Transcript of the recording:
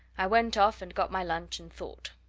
i went off and got my lunch and thought.